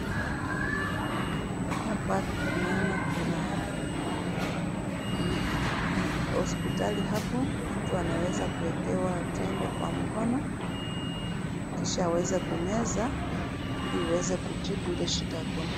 Hapa naona kuna hospitali hapo. Mtu anaweza kuekewa tembe kwa mkono kisha aweze kumeza ili iweze kutibu ile shida akonayo.